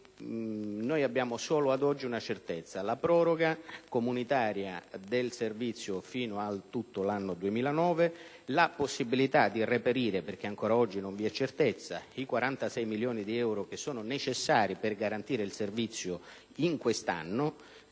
noi abbiamo ad oggi solo una certezza: la proroga comunitaria del servizio fino a tutto l'anno 2009; ha poi parlato della possibilità di reperire - perché ancora oggi non vi è certezza - i 46 milioni di euro che sono necessari per garantire il servizio in quest'anno;